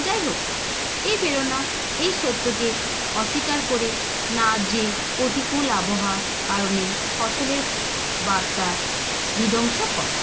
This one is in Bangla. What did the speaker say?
যাই হোক এই প্রেরণা এই সত্যকে অস্বীকার করে না যে প্রতিকূল আবহাওয়া কারণে ফসলের বার্তা বিধ্বংস করে